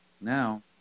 Now